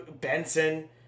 Benson